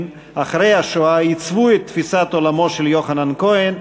אחרי השואה עיצבו את תפיסת עולמו של יוחנן כהן,